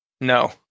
No